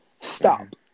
Stop